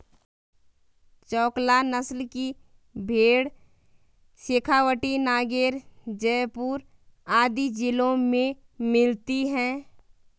चोकला नस्ल की भेंड़ शेखावटी, नागैर, जयपुर आदि जिलों में मिलती हैं